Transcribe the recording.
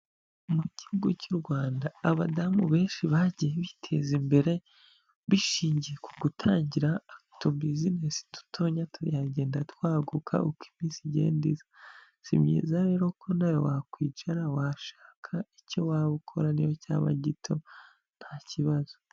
Mu gihugu cy'u Rwanda abadamu benshi bagiye biteza imbere bishingiye ku gutangira utubizinesi dutoya tugenda twaguka uko iminsi igenda iza, si byiza rero ko nawe wakwicara washaka icyo waba ukora niyo cyaba gito nta kibazo.